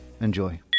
Enjoy